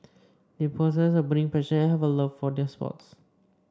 they possess a burning passion and have a love for their sport